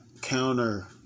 counter